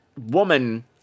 woman